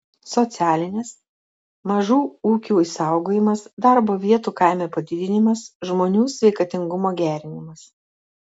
socialinės mažų ūkių išsaugojimas darbo vietų kaime padidinimas žmonių sveikatingumo gerinimas